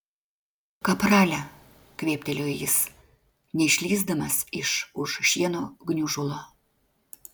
kaprale kvėptelėjo jis neišlįsdamas iš už šieno gniužulo